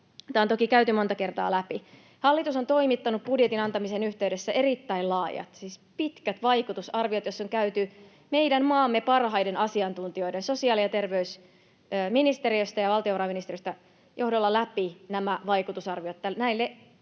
Tämä on toki käyty monta kertaa läpi. Hallitus on toimittanut budjetin antamisen yhteydessä erittäin laajat, siis pitkät vaikutusarviot, joissa on käyty meidän maamme parhaiden asiantuntijoiden johdolla sosiaali- ja terveysministeriöstä ja valtiovarainministeriöstä läpi nämä vaikutusarviot näille